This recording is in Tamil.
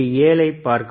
7 ஐப் பார்க்கவும்